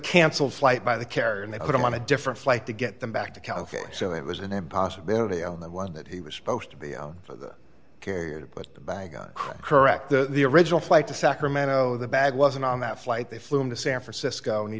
cancelled flight by the carrier and they put him on a different flight to get them back to california so it was an impossibility on the one that he was supposed to be on the carrier to put the bag on correct the original flight to sacramento the bag wasn't on that flight they flew him to san francisco and he